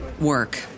work